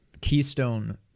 Keystone